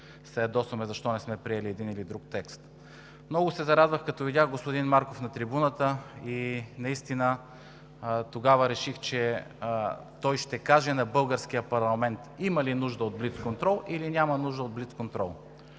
се ядосваме защо не сме приели един или друг текст. Много се зарадвах, като видях господин Марков на трибуната и наистина тогава реших, че той ще каже на българския парламент, има ли нужда от блицконтрол, или няма нужда от блицконтрол.